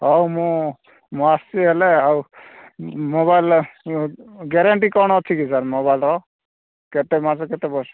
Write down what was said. ହଉ ମୁଁ ମୁଁ ଆସୁଛି ହେଲେ ଆଉ ମୋବାଇଲ୍ରେ ଗ୍ୟାରେଣ୍ଟି କ'ଣ ଅଛି କି ସାର୍ ମୋବାଇଲ୍ର କେତେ ମାସ କେତେ ବର୍ଷ